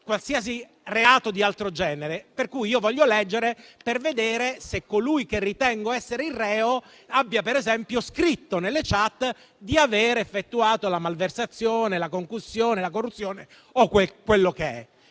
qualsiasi reato di altro genere, come avverrebbe se volessi leggere per vedere se colui che ritengo essere il reo abbia per esempio scritto nelle *chat* di avere effettuato la malversazione, la concussione, la corruzione o quello che è.